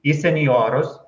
į senjorus